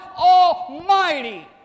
Almighty